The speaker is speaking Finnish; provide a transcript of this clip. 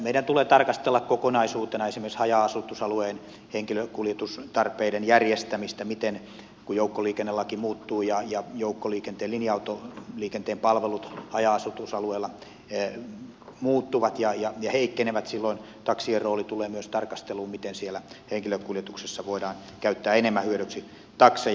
meidän tulee tarkastella kokonaisuutena esimerkiksi haja asutusalueen henkilökuljetustarpeiden järjestämistä miten kun jouk koliikennelaki muuttuu ja joukkoliikenteen linja autoliikenteen palvelut haja asutusalueella muuttuvat ja heikkenevät silloin taksien rooli tulee myös tarkasteluun henkilökuljetuksessa voidaan käyttää enemmän hyödyksi takseja